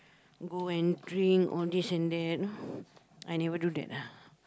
go and drink all this know that I never do that ah